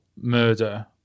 murder